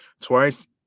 twice